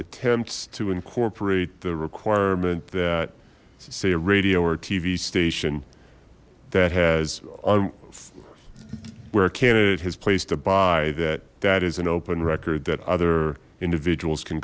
attempts to incorporate the requirement that say a radio or tv station that has on where a candidate has place to buy that that is an open record that other individuals can